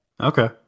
Okay